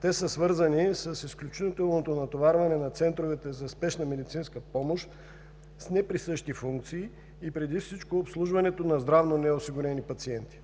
Те са свързани с изключителното натоварване на центровете за спешна медицинска помощ с неприсъщи функции и преди всичко обслужването на здравно неосигурени пациенти.